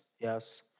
yes